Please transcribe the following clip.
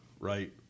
right